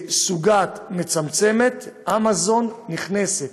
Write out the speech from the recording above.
סוגת מצמצמת, אמזון נכנסת.